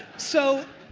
so,